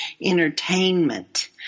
entertainment